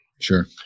Sure